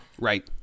right